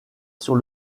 sur